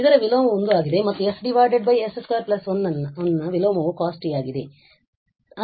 ಇದರ ವಿಲೋಮವು 1 ಆಗಿದೆ ಮತ್ತು s s 21 ನ ವಿಲೋಮವು cos t ಆಗಿದೆ